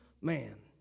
man